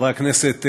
חברי הכנסת,